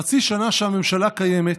חצי שנה הממשלה קיימת,